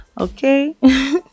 okay